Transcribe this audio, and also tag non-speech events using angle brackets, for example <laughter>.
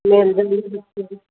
<unintelligible>